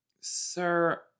Sir